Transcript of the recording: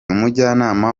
umujyanama